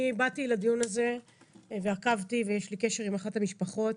אני באתי לדיון הזה ועקבתי ויש לי קשר עם אחת המשפחות.